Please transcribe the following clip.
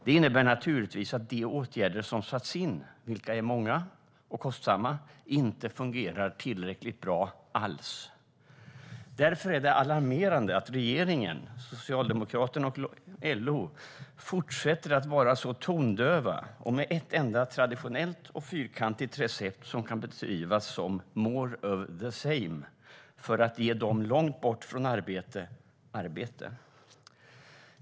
Det innebär naturligtvis att de åtgärder som har satts in, vilka är många och kostsamma, inte alls fungerar tillräckligt bra. Därför är det alarmerande att regeringen, Socialdemokraterna och LO fortsätter att vara så tondöva, med ett enda traditionellt och fyrkantigt recept som kan beskrivas som more of the same för att ge arbete till dem långt bort från arbete.